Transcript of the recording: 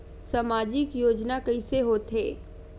सामजिक योजना कइसे होथे?